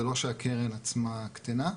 זה לא שהקרן עצמה קטנה.